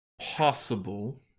possible